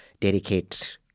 dedicate